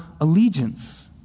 allegiance